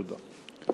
תודה.